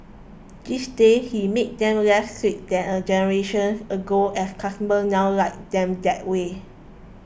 these days he makes them less sweet than a generation ago as customers now like them that way